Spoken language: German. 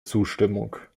zustimmung